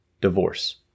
divorce